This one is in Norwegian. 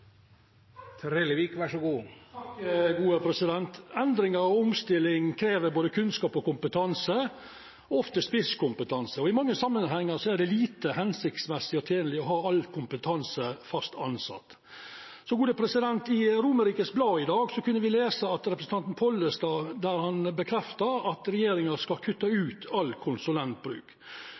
omstilling krev både kunnskap og kompetanse, ofte spisskompetanse, og i mange samanhengar er det lite hensiktsmessig og tenleg å ha all kompetanse fast tilsett. I Romerikes Blad i dag kunne me lesa at representanten Pollestad bekreftar at regjeringa skal kutta ut all konsulentbruk,